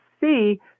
see